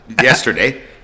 yesterday